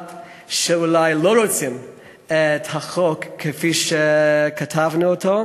שאולי לא רוצים את החוק כפי שכתבנו אותו,